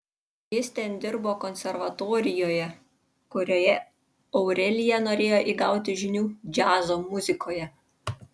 jis ten dirbo konservatorijoje kurioje aurelija norėjo įgauti žinių džiazo muzikoje